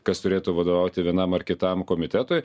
kas turėtų vadovauti vienam ar kitam komitetui